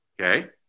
Okay